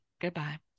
goodbye